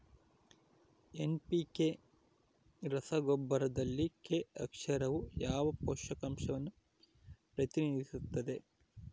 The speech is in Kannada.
ಎನ್.ಪಿ.ಕೆ ರಸಗೊಬ್ಬರದಲ್ಲಿ ಕೆ ಅಕ್ಷರವು ಯಾವ ಪೋಷಕಾಂಶವನ್ನು ಪ್ರತಿನಿಧಿಸುತ್ತದೆ?